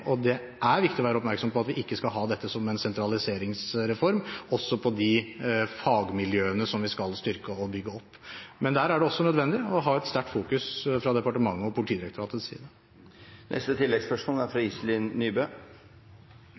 å være oppmerksom på at vi ikke skal ha dette som en sentraliseringsreform, heller ikke når det gjelder de fagmiljøene som vi skal styrke og bygge opp. Men der er det også nødvendig å ha en sterk fokusering fra departementets og Politidirektoratets